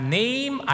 name